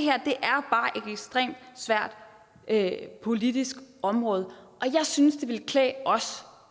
her er bare et ekstremt svært politisk område. Jeg synes, det ville klæde os